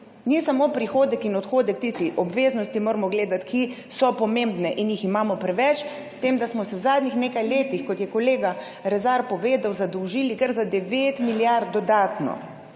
Ni samo prihodek in odhodek tisti. Obveznosti moramo gledati, ki so pomembne in jih imamo preveč, s tem da smo se v zadnjih nekaj letih, kot je kolega Rezar povedal, zadolžili dodatno